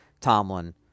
Tomlin